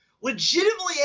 legitimately